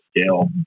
scale